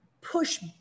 push